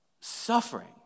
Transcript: suffering